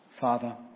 Father